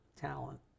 talent